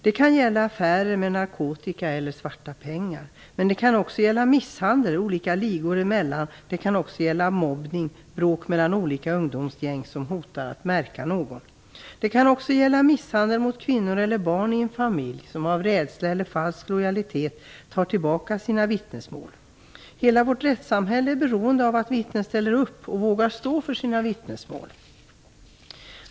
Det kan gälla affärer med narkotika eller svarta pengar, men det kan också gälla misshandel olika ligor emellan, mobbning och bråk mellan ungdomsgäng, från vilka man hotar att märka någon. Det kan även gälla misshandel av kvinnor eller barn i en familj, där man av rädsla eller falsk lojalitet tar tillbaka sina vittnesmål. Hela vårt rättssamhälle är beroende av att vittnen ställer upp och vågar stå för sina vittnesmål.